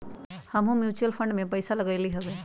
हमहुँ mutual fund में पइसा लगइली हबे